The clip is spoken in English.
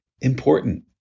important